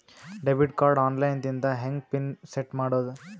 Debit card online ದಿಂದ ಹೆಂಗ್ PIN set ಮಾಡೋದು?